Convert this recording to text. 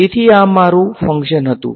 તેથી આ અહીં મારું ફંકશન હતું